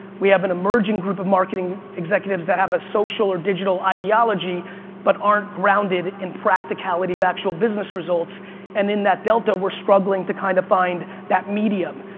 we have an emerging group of marketing executives that have a social or digital ideology but aren't grounded in practicality of actual business results and in that delta we're struggling to kind of find that medium.